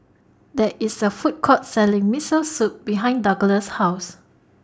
There IS A Food Court Selling Miso Soup behind Douglass' House